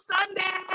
Sunday